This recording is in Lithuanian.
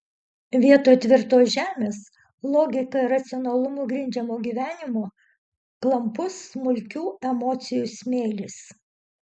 vietoj tvirtos žemės logika ir racionalumu grindžiamo gyvenimo klampus smulkių emocijų smėlis